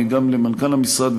גם למנכ"ל המשרד,